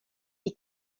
sie